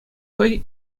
хӑй